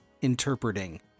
interpreting